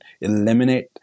eliminate